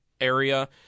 area